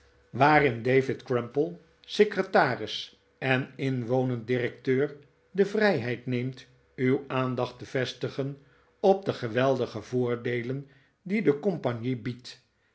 waarin david cnmple secretaris en inwonend directeur de vrijheid neemt uw aandacht te vestigen op de geweldige voordeelen die de compagnie biedt